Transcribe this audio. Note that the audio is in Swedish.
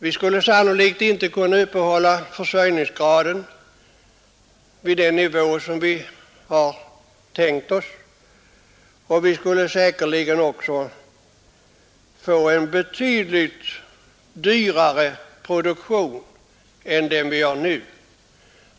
Vi skulle förmodligen inte kunna upprätthålla vår försörjningsgrad vid den nivå vi tänkt oss, och vi skulle säkerligen också få en betydligt dyrare produktion än den vi nu har.